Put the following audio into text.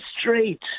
street